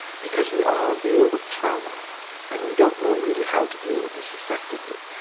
because we all deal with trauma and we don't know really how to deal with this effectively.